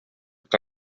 que